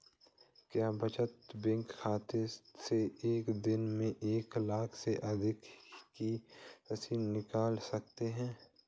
क्या बचत बैंक खाते से एक दिन में एक लाख से अधिक की राशि निकाल सकते हैं?